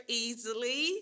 easily